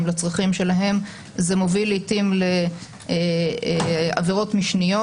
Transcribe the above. לצרכים שלהם זה מוביל לעיתים לעבירות משניות,